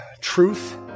truth